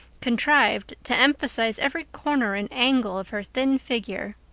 contrived to emphasize every corner and angle of her thin figure.